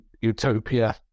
utopia